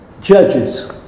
judges